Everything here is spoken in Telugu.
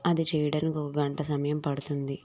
అది చేయడానికి ఒక గంట సమయం పడుతుంది